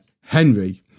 Henry